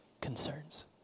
concerns